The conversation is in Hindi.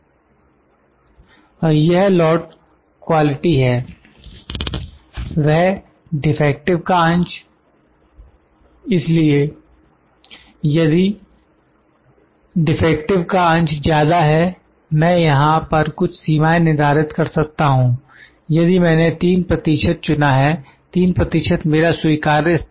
और यह लौट क्वालिटी है वह डिफेक्टिव का अंश इसलिए यदि डिफेक्टिव का अंश ज्यादा है मैं यहां पर कुछ सीमाएं निर्धारित कर सकता हूं यदि मैंने 3 प्रतिशत चुना है 3 प्रतिशत मेरा स्वीकार्य स्तर है